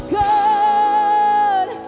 good